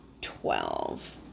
twelve